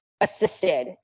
assisted